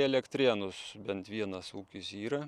elektrėnus bent vienas ūkis yra